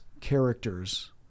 characters